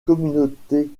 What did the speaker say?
communautés